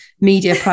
media